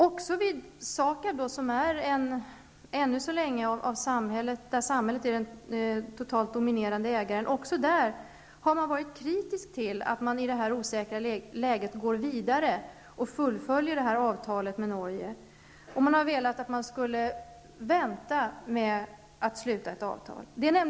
Också vid SAKAB, där samhället ännu så länge är den dominerande ägaren, har man varit kritisk till att i det här osäkra läget gå vidare och fullfölja detta avtal med Norge. Man har velat att Sverige skall vänta med att sluta ett avtal.